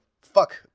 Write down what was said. fuck